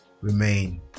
remain